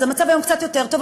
אז המצב היום קצת יותר טוב,